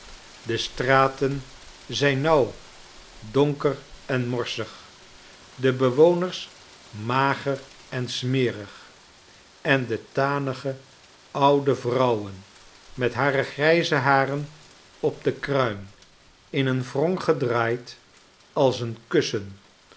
de straten zijn nauw donker en morsig de bewoners mager en smerig en de tanige oude vrouwen met hare grijze haren op de kruin in een wrong gedraaid als een kussen